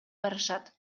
барышат